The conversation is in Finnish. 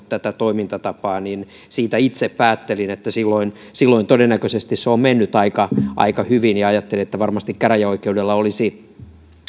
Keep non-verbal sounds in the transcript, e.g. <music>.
<unintelligible> tätä toimintatapaa siitä itse päättelin että silloin silloin todennäköisesti se on mennyt aika aika hyvin ja ajattelen että varmasti käräjäoikeudella olisi